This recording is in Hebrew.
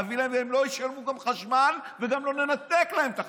והם גם לא ישלמו חשמל וגם לא ננתק להם את החשמל.